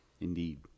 Indeed